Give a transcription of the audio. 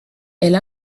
elle